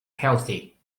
healthy